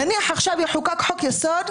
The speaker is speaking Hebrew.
נניח עכשיו יחוקק חוק-יסוד: